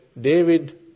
David